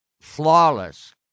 flawless